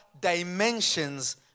dimensions